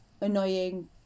annoying